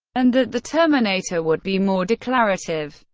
and that the terminator would be more declarative.